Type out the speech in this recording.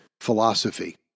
philosophy